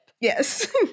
yes